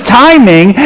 timing